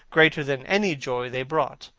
greater than any joy they brought,